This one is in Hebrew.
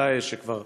"דאעש", שכבר